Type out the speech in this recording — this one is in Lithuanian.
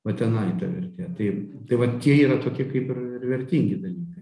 va tenai ta vertė taip tai va tie yra tokie kaip ir ir vertingi dalykai